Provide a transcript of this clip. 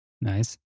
Nice